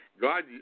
God